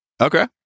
Okay